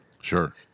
Sure